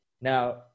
Now